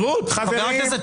הדין אסי